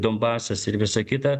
donbasas ir visa kita